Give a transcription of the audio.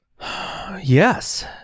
Yes